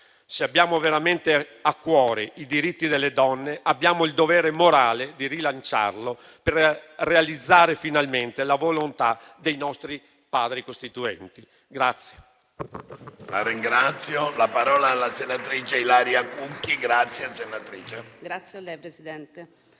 Se abbiamo veramente a cuore i diritti delle donne, abbiamo il dovere morale di rilanciarlo, per realizzare finalmente la volontà dei nostri Padri costituenti.